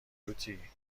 لوتی